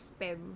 spam